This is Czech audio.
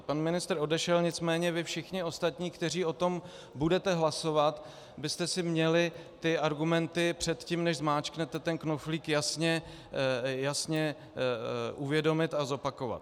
Pan ministr odešel, nicméně vy všichni ostatní, kteří o tom budete hlasovat, byste si měli ty argumenty před tím než zmáčknete ten knoflík, jasně uvědomit a zopakovat.